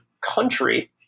country